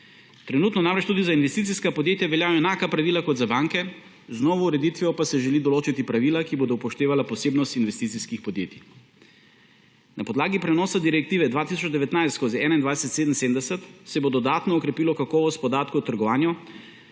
Trenutno namreč tudi za investicijska podjetja veljajo enaka pravila kot za banke, z novo ureditvijo pa se želi določiti pravila, ki bodo upoštevala posebnost investicijskih podjetij. Na podlagi prenosa Direktive 2019/2177 se bo dodatno okrepilo kakovost podatkov o trgovanju